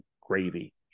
gravy